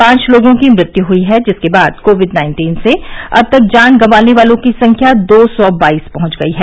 पांच लोगों की मृत्यु हुई है जिसके बाद कोविड नाइन्टीन से अब तक जान गंवाने वालों की संख्या दो सौ बाईस पहुंच गई है